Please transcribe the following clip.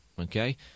Okay